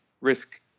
risk